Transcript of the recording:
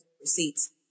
receipts